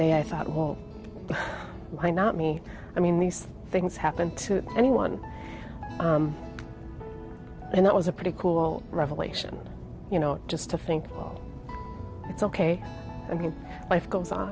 day i thought well why not me i mean these things happen to anyone and it was a pretty cool revelation you know just to think it's ok i mean life goes on